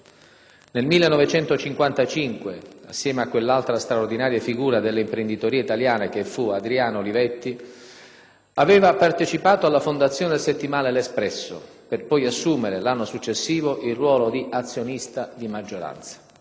Nel 1955, assieme a quell'altra straordinaria figura dell'imprenditoria italiana che fu Adriano Olivetti, aveva partecipato alla fondazione del settimanale «L'Espresso», per poi assumere, l'anno successivo, il ruolo di azionista di maggioranza.